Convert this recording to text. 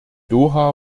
doha